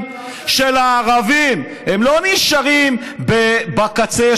הם הגיעו 2,000 שנה אחרי.